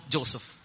Joseph